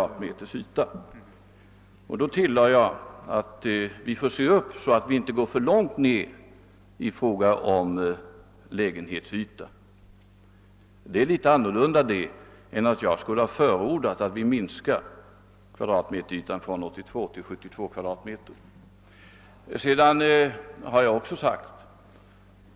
Jag tillade emellertid att vi får se till att vi inte kommer för långt ned i fråga om lägenhetsyta. Detta är något annat än ett förord från min sida för en minskning av den genomsnittliga lägenhetsytan från 82 m? till 72 m2. Jag har också sagt